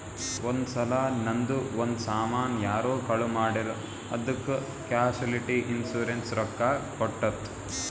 ಒಂದ್ ಸಲಾ ನಂದು ಒಂದ್ ಸಾಮಾನ್ ಯಾರೋ ಕಳು ಮಾಡಿರ್ ಅದ್ದುಕ್ ಕ್ಯಾಶುಲಿಟಿ ಇನ್ಸೂರೆನ್ಸ್ ರೊಕ್ಕಾ ಕೊಟ್ಟುತ್